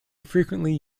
frequently